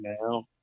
now